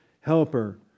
helper